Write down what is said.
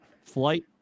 flight